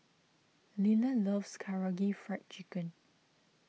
Liller loves Karaage Fried Chicken